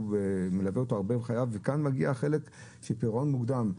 שמלווה אותו הרבה בחייו וכאן מגיע החלק של פירעון מוקדם.